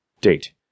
Date